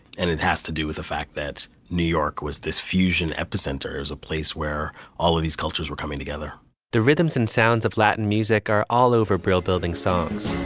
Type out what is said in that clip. and it has to do with the fact that new york was this fusion epicenter is a place where all of these cultures were coming together the rhythms and sounds of latin music are all over brill building songs